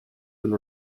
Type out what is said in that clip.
been